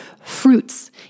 fruits